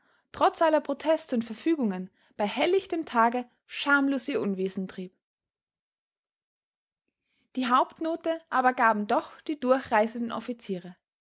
trotz aller proteste und verfügungen bei hellichtem tage schamlos ihr unwesen trieb die hauptnote aber gaben doch die durchreisenden offiziere